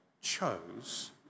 chose